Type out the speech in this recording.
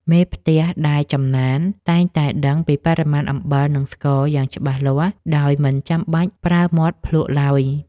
មេផ្ទះដែលចំណានតែងតែដឹងពីបរិមាណអំបិល និងស្ករយ៉ាងច្បាស់លាស់ដោយមិនចាំបាច់ប្រើមាត់ភ្លក្សឡើយ។